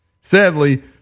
Sadly